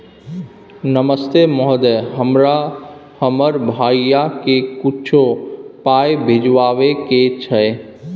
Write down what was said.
नमस्ते महोदय, हमरा हमर भैया के कुछो पाई भिजवावे के छै?